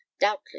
doubtless